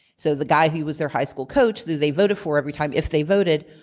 so the guy who was their high school coach, who they voted for every time, if they voted,